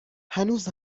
هنوز